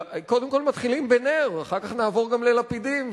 קודם כול מתחילים בנר, ואחר כך נעבור גם ללפידים,